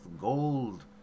gold